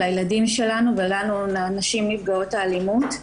לילדים שלנו ולנשים נפגעות האלימות,